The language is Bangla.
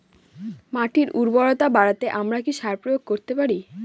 মাটির উর্বরতা বাড়াতে আমরা কি সার প্রয়োগ করতে পারি?